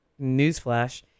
Newsflash